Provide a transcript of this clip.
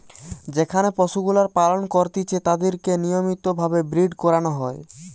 যেখানে পশুগুলার পালন করতিছে তাদিরকে নিয়মিত ভাবে ব্রীড করানো হয়